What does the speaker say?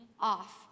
off